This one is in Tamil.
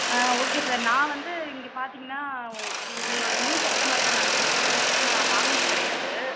ஆ ஓகே சார் நான் வந்து இங்கே பார்த்தீங்கன்னா உ உங்களோட நியூ கஸ்டமர் தான் நான் இதுக்கு முன்னாடி உங்கள்கிட்ட நான் வாங்குனது கிடையாது